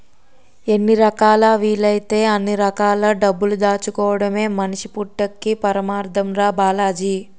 ఎన్ని రకాలా వీలైతే అన్ని రకాల డబ్బులు దాచుకోడమే మనిషి పుట్టక్కి పరమాద్దం రా బాలాజీ